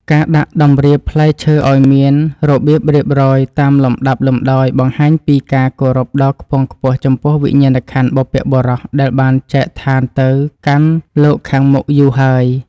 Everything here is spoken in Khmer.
ការដាក់តម្រៀបផ្លែឈើឱ្យមានរបៀបរៀបរយតាមលំដាប់លំដោយបង្ហាញពីការគោរពដ៏ខ្ពង់ខ្ពស់ចំពោះវិញ្ញាណក្ខន្ធបុព្វបុរសដែលបានចែកឋានទៅកាន់លោកខាងមុខយូរហើយ។